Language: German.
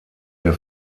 der